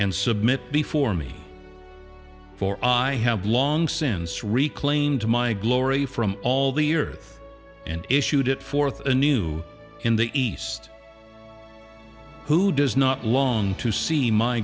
and submit before me for i have long since reclaimed my glory from all the earth and issued it forth a new in the east who does not long to see my